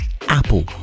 Apple